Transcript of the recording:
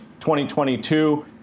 2022